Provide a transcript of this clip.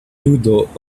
ludo